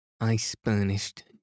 ice-burnished